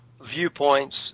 viewpoints